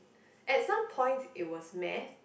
at some points it was Math